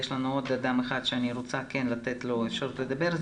יש עוד אדם אחד שאני רוצה לתת לו אפשרות לדבר,